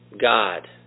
God